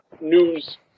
news